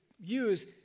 use